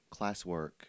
classwork